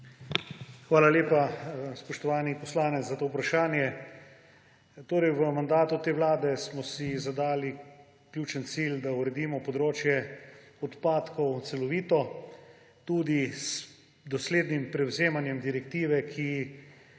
Hvala lepa, spoštovani poslanec, za to vprašanje. V mandatu te vlade smo si zadali ključni cilj, da uredimo področje odpadkov celovito. Tudi z doslednim prevzemanjem direktive, ki